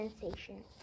sensation